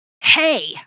hey